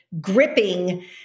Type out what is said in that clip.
gripping